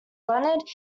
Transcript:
leonard